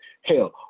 Hell